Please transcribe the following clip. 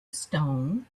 stone